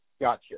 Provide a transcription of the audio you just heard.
Gotcha